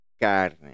carne